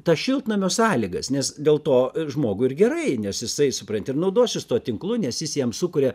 tą šiltnamio sąlygas nes dėl to žmogų ir gerai nes jisai supranti ir naudosis tuo tinklu nes jis jam sukuria